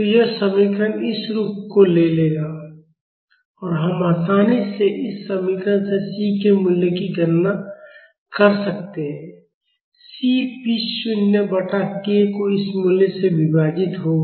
तो यह समीकरण इस रूप को ले लेगा और हम आसानी से इस समीकरण से C के मूल्य की गणना कर सकते हैं C पी शून्य बटा k को इस मूल्य से विभाजित होगा